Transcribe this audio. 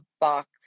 box